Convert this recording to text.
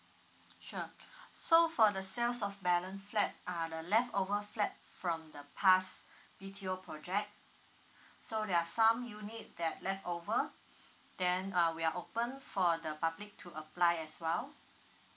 sure so for the sales of balance flats are the left over flat from the past B_T_O project so there are some unit that left over then uh we are open for the public to apply as well